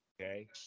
Okay